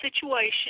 situation